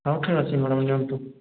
ହଉ ଠିକ୍ ଅଛି ମ୍ୟାଡ଼ମ ନିଅନ୍ତୁ